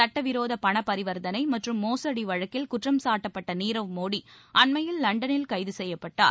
சட்டவிரோத பண பரிவர்த்தளை மற்றும் மோசடி வழக்கில் குற்றம்சாட்டப்பட்ட நீரவ் மோடி அண்மையில் லண்டனில் கைது செய்யப்பட்டார்